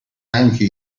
anche